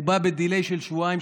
הוא בא תמיד ב-delay של שבועיים-שלושה,